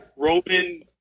Roman